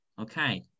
Okay